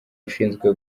ushinzwe